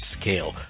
scale